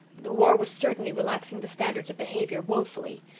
the war was certainly relaxing the standards of behaviour woefully.